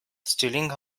stealing